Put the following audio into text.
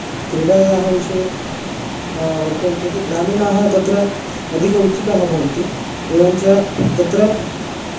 क्रीडायाः विषये वक्तव्यं चेत् ग्रामीणाः तत्र अधिक उत्सुकाः भवन्ति एवं च तत्र